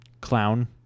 Clown